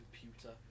computer